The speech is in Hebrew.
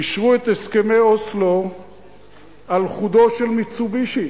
אישרו את הסכמי אוסלו על חודו של "מיצובישי".